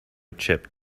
chip